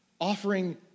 offering